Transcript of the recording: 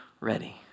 ready